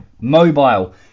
mobile